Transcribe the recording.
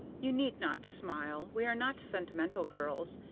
you need not smile we are not sentimental girls,